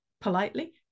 politely